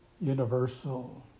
universal